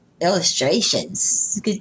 illustrations